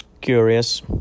Curious